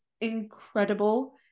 incredible